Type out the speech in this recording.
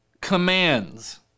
commands